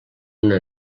una